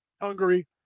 Hungary